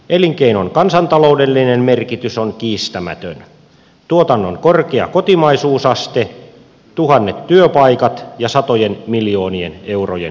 elinkeinon kansantaloudellinen merkitys on kiistämätön tuotannon korkea kotimaisuusaste tuhannet työpaikat ja satojen miljoonien eurojen vientitulot